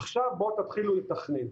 עכשיו בואו תתחילו לתכנן.